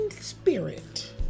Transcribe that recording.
spirit